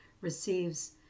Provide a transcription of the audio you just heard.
receives